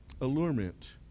allurement